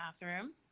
bathroom